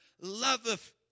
loveth